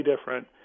different